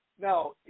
Now